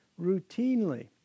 routinely